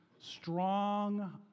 strong